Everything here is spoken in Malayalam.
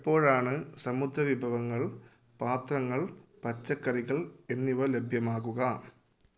എപ്പോഴാണ് സമുദ്ര വിഭവങ്ങൾ പാത്രങ്ങൾ പച്ചക്കറികൾ എന്നിവ ലഭ്യമാകുക